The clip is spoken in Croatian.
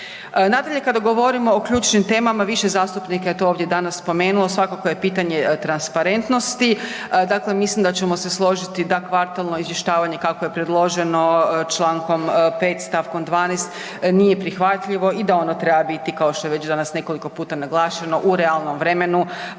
Nadalje kada govorimo o ključnim temama, više zastupnika je to ovdje danas spomenulo, svakako je pitanje transparentnosti, dakle mislim da ćemo se složiti da kvartalno izvještavanje kako je predloženo čl. 5. stavkom 12. nije prihvatljivo da ono treba biti kao što je već danas nekoliko puta naglašeno u realnom vremenu